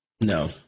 no